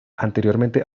anteriormente